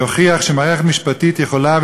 ויוכיח שמערכת משפטית יכולה,